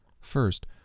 First